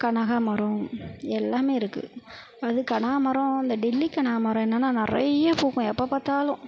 கனகாம்ரம் எல்லாமே இருக்கு அதுவும் கனகாம்ரம் இந்த டெல்லி கனகாம்ரம் என்னென்னா நிறையா பூக்கும் எப்போ பார்த்தாலும்